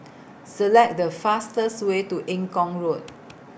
Select The fastest Way to Eng Kong Road